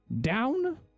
Down